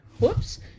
whoops